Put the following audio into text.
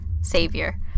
savior